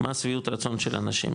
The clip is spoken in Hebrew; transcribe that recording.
מה השביעות רצון של האנשים,